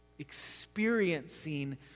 experiencing